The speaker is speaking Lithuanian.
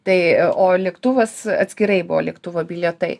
tai o lėktuvas atskirai buvo lėktuvo bilietai